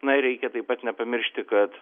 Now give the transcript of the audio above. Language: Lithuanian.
na ir reikia taip pat nepamiršti kad